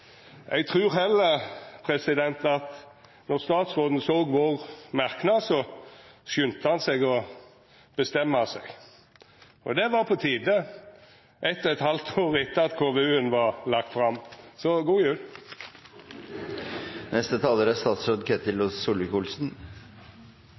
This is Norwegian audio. Eg trur heller at då statsråden såg merknaden vår, skunda han seg med å bestemma seg, og det var på tide – eitt og eit halvt år etter at KVU-en var lagd fram.